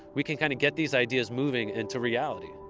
we can kind of get these ideas moving into reality